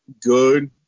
good